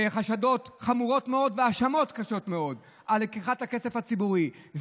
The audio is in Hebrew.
חשדות חמורים מאוד והאשמות קשות מאוד על לקיחת הכסף הציבורי,